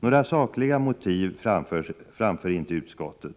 Några sakliga motiv framför inte utskottet.